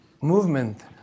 movement